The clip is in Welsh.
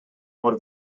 mor